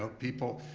ah people